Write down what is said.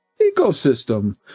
ecosystem